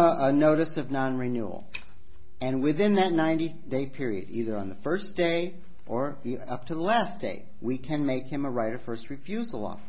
them a notice of non renewal and within that ninety day period either on the first day or up to the last day we can make him a right of first refusal on